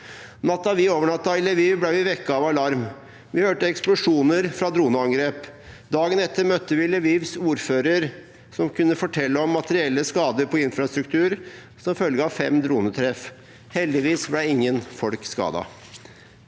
Natten vi overnattet i Lviv, ble vi vekket av alarm. Vi hørte eksplosjoner fra droneangrep. Dagen etter møtte vi Lvivs ordfører som kunne fortelle om materielle skader på infrastruktur som følge av fem dronetreff. Heldigvis ble ingen folk skadet.